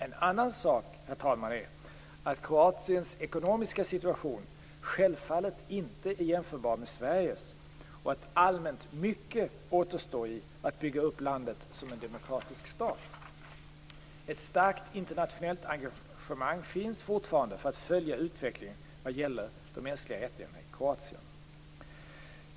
En annans sak, herr talman, är att Kroatiens ekonomiska situation självfallet inte är jämförbar med Sveriges och att rent allmänt mycket återstår när det gäller att bygga upp landet som en demokratisk stat. Ett starkt internationellt engagemang finns fortfarande för att följa utvecklingen vad gäller de mänskliga rättigheterna i Kroatien.